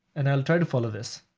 and i'll try to follow this.